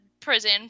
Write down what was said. prison